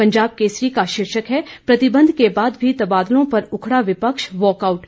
पंजाब केसरी का शीर्षक है प्रतिबंध के बाद भी तबादलों पर उखड़ा विपक्ष वॉकआउट